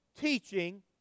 teaching